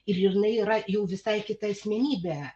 ir ir jinai yra jau visai kita asmenybė